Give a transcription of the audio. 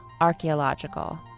archaeological